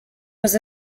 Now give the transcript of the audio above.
was